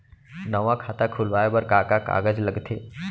नवा खाता खुलवाए बर का का कागज लगथे?